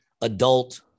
adult